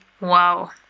wow